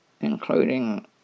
including